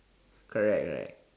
correct like